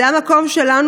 זה המקום שלנו,